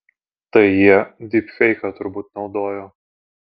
tai jie dypfeiką turbūt naudojo